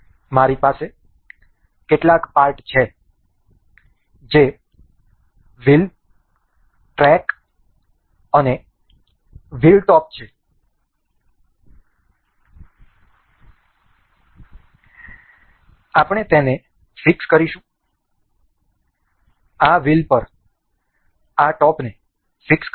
મારી પાસે કેટલાક પાર્ટ છે જે વ્હીલ ટ્રેક અને વ્હીલ ટોપ છે આપણે તેને ફિક્સ કરીશું આ વ્હીલ પર આ ટોપને ફિક્સ કરીશું